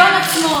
שהפרכתי.